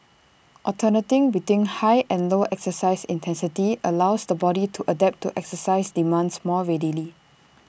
alternating between high and low exercise intensity allows the body to adapt to exercise demands more readily